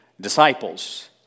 disciples